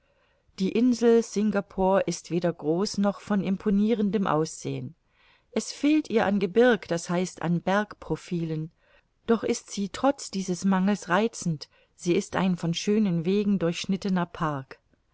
die insel singapore ist weder groß noch von imponirendem aussehen es fehlt ihr an gebirg d h an bergprofilen doch ist sie trotz dieses mangels reizend sie ist ein von schönen wegen durchschnittener park